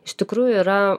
iš tikrųjų yra